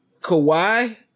Kawhi